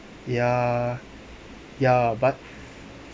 ya ya but